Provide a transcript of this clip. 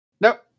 Nope